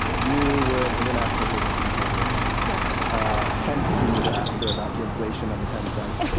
you were an international business consultant. yeah so ah hence you knew to ask her about the inflation on the ten cents.